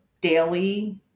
daily